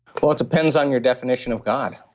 well, it depends on your definition of god